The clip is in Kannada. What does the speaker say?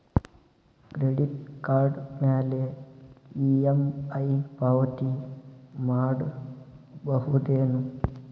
ಕ್ರೆಡಿಟ್ ಕಾರ್ಡ್ ಮ್ಯಾಲೆ ಇ.ಎಂ.ಐ ಪಾವತಿ ಮಾಡ್ಬಹುದೇನು?